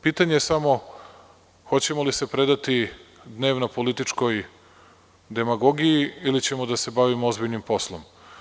Pitanje je samo hoćemo li se predati dnevno-političkoj demagogiji ili ćemo da se bavimo ozbiljnim poslom?